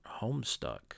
Homestuck